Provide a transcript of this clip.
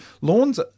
Lawns